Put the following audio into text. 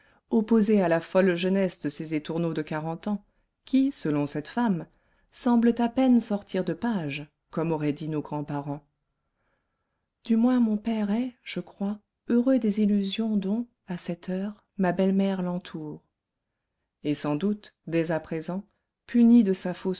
opposée à la folle jeunesse de ces étourneaux de quarante ans qui selon cette femme semblent à peine sortir de page comme auraient dit nos grands-parents du moins mon père est je crois heureux des illusions dont à cette heure ma belle-mère l'entoure et sans doute dès à présent punie de sa